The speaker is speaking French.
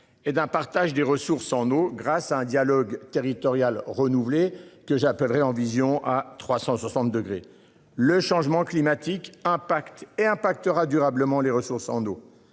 Et d'un partage des ressources en eau grâce à un dialogue territorial renouveler que j'appellerai en vision à 360 degrés. Le changement climatique impacte et impactera durablement les ressources en eau.